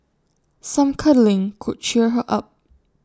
some cuddling could cheer her up